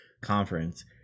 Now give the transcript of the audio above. conference